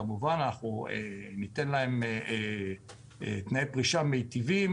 כמובן שאנחנו ניתן להם תנאי פרישה מיטיבים,